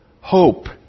hope